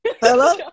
Hello